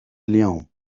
اليوم